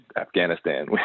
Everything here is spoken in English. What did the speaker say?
Afghanistan